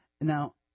Now